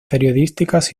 periodísticas